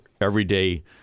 everyday